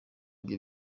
ibyo